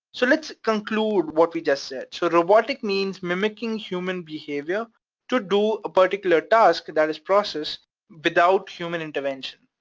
so let's conclude what we just said. so robotic means mimicking human behavior to do a particular task that is processed without human intervention,